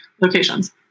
locations